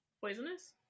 poisonous